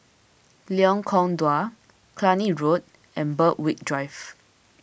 Lengkong Dua Cluny Road and Berwick Drive